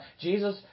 Jesus